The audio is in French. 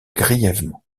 grièvement